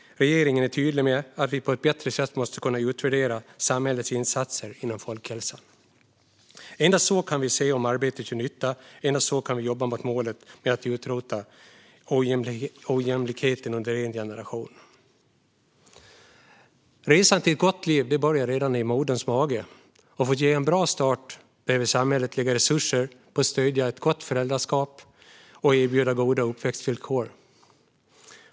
Regeringen är tydlig med att vi på ett bättre sätt måste kunna utvärdera samhällets insatser inom folkhälsan. Endast så kan vi se om arbetet gör nytta, och endast så kan vi jobba mot målet att utrota ojämlikheten under en generation. Resan till ett gott liv börjar redan i moderns mage, och för att ge en bra start behöver samhället lägga resurser på att stödja ett gott föräldraskap och erbjuda goda uppväxtvillkor.